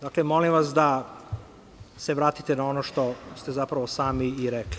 Dakle, molim vas da se vratite na ono što zapravo sami i rekli.